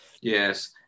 Yes